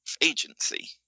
agency